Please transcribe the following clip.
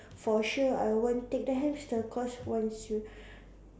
for sure I won't take the hamster cause once you